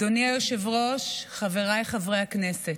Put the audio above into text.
אדוני היושב-ראש, חבריי חברי הכנסת,